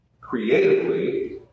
creatively